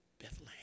Bethlehem